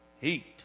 Heat